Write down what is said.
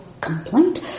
complaint